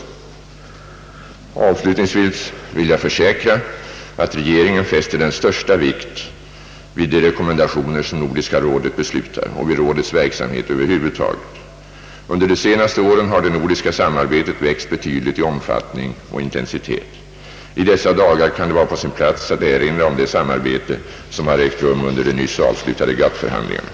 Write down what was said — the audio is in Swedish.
Jag vill avslutningsvis försäkra att regeringen fäster den största vikt vid de rekommendationer som Nordiska rådet beslutar och vid rådets verksamhet över huvud taget. Under de senaste åren har det nordiska samarbetet växt betydligt i omfattning och intensitet. I dessa dagar kan det vara på sin plats att erinra om det samarbete som har ägt rum under de nyss avslutade GATT förhandlingarna.